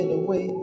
away